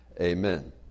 amen